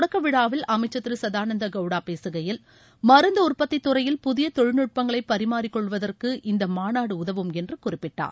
தொடக்க விழாவில் அமைச்சர் திரு சதானந்த கவுடா பேசகையில் மருந்து உற்பத்தி துறையில் புதிய தொழில்நுட்பங்களை பரிமாறிக்கொள்வதற்கு இந்த மாநாடு உதவும் என்று குறிப்பிட்டார்